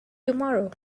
tomorrow